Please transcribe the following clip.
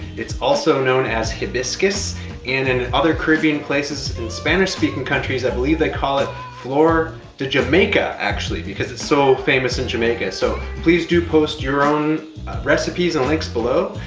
it's also known as hibiscus and in other caribbean places, in spanish-speaking countries, i believe they call it flor de jamaica actually, because it's so famous in jamaica. so please do post your own recipes and links below.